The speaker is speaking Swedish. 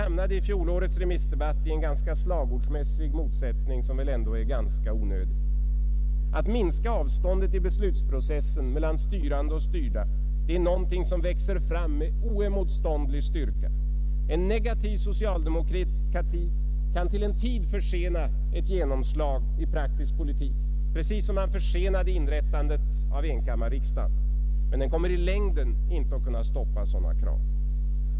I fjolårets remissdebatt hamnade vi i en ganska slagordsmässig motsättning, som väl ändå är ganska onödig. Kravet på att avståndet i beslutsprocessen mellan styrande och styrda skall minskas växer fram med oemotståndlig styrka. En negativ socialdemokrati kan till en tid försena ett genomslag i praktisk politik precis som man försenade inrättandet av enkammarriksdagen, men den kommer i längden inte att kunna stoppa sådana krav.